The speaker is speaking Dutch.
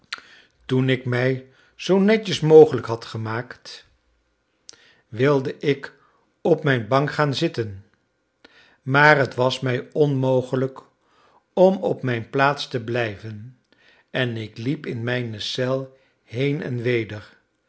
toen ik mij zoo netjes mogelijk had gemaakt wilde ik op mijn bank gaan zitten maar t was mij onmogelijk om op mijn plaats te blijven en ik liep in mijne cel heen en weder